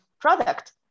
product